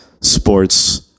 sports